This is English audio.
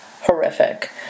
horrific